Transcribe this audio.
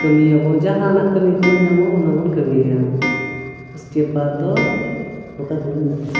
ᱠᱟᱹᱢᱤᱭᱟᱵᱚ ᱡᱟᱦᱟᱱᱟᱜ ᱠᱟᱹᱢᱤ ᱜᱮᱵᱚᱱ ᱧᱟᱢᱟ ᱚᱱᱟ ᱵᱚᱱ ᱠᱟᱹᱢᱤᱭᱟ ᱩᱥᱠᱮ ᱵᱟᱫᱽ ᱫᱚ ᱚᱠᱟ ᱫᱤᱱ ᱫᱟᱲᱮᱭᱟᱜᱼᱟ